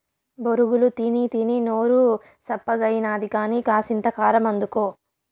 బొరుగులు తినీతినీ నోరు సప్పగాయినది కానీ, కాసింత కారమందుకో